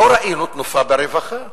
לא ראינו תנופה ברווחה.